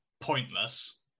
pointless